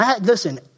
Listen